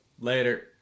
Later